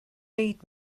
read